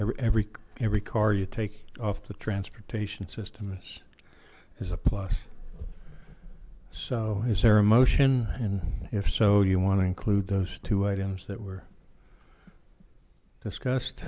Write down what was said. it every every car you take off the transportation systems is a plus so is there a motion and if so you want to include those two items that were discus